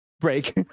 break